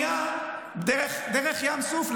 אבל אונייה דרך ים סוף,